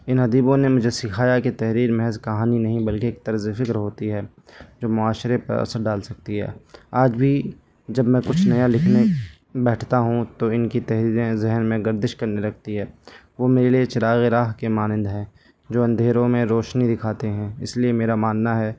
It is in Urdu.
ان ادیبوں نے مجھے سکھایا کہ تحریر محض کہانی نہیں بلکہ ایک طرز فکر ہوتی ہے جو معاشرے پر اثر ڈال سکتی ہے آج بھی جب میں کچھ نیا لکھنے بیٹھتا ہوں تو ان کی تحریریں ذہن میں گردش کرنے لگتی ہے وہ میرے لیے چراغ راہ کے مانند ہیں جو اندھیروں میں روشنی دکھاتے ہیں اس لیے میرا ماننا ہے